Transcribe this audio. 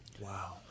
Wow